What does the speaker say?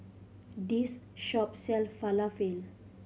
this shop sell Falafel